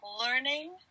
learning